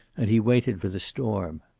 and he waited for the storm.